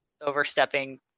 overstepping